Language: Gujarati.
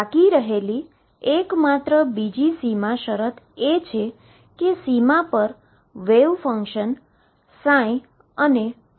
બાકી રહેલી એકમાત્ર બીજી સીમા શરત એ છે કે સીમા પર વેવ ફંક્શન અને સતત રહે છે